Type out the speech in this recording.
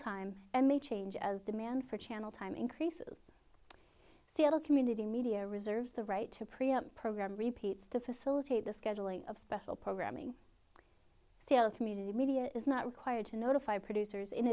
time and may change as demand for channel time increases seal community media reserves the right to preempt programme repeats to facilitate the scheduling of special programming seal community media is not required to notify producers in